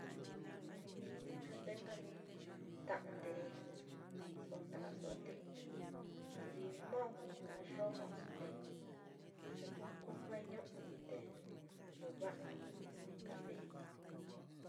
Livi jnu ye ndee nka ni ta'ndeso nda'so á, te limon ni naá yojosu te kú kuu jueñu'u ní, te nduva'anka mee.